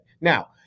Now